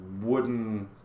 wooden